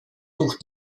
durch